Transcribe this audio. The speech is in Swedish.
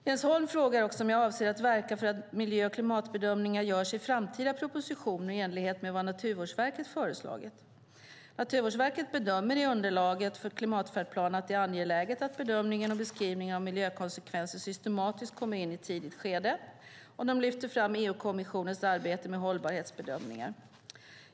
Jens Holms frågar också om jag avser att verka för att miljö och klimatbedömningar görs i framtida propositioner i enlighet med vad Naturvårdsverket föreslagit. Naturvårdsverket bedömer i underlaget för klimatfärdplanen att det är angeläget att bedömning och beskrivning av miljökonsekvenser systematiskt kommer in i ett tidigt skede. De lyfter fram EU-kommissionens arbete med hållbarhetsbedömningar.